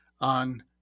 on